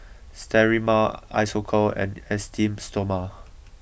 Sterimar Isocal and Esteem Stoma